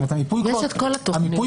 זאת אומרת, המיפוי כבר קיים.